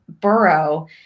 borough